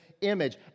image